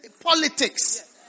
politics